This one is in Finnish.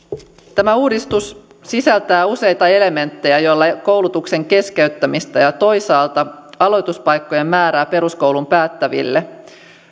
tämä uudistus sisältää useita elementtejä joilla koulutuksen keskeyttämistä torjutaan ja toisaalta aloituspaikkojen määrää peruskoulun päättäneille